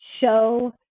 show